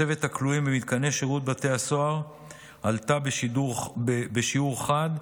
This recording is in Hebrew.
מצבת הכלואים במתקני שירות בתי הסוהר עלתה בשיעור חד.